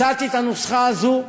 הצעתי את הנוסחה הזו,